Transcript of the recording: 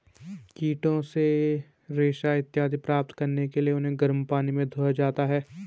कीटों से रेशा इत्यादि प्राप्त करने के लिए उन्हें गर्म पानी में धोया जाता है